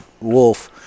Wolf